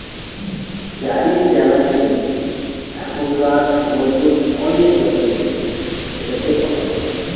গাড়ি কেনার জন্য এখনকার সময়তো অনেক ব্যাঙ্ক লোন দেয়, সেটাকে অটো লোন বলে